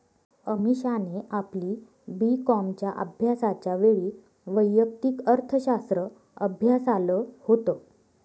अमीषाने आपली बी कॉमच्या अभ्यासाच्या वेळी वैयक्तिक अर्थशास्त्र अभ्यासाल होत